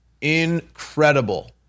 Incredible